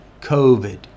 COVID